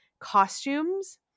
costumes